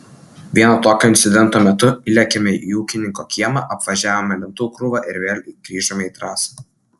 vieno tokio incidento metu įlėkėme į ūkininko kiemą apvažiavome lentų krūvą ir vėl grįžome į trasą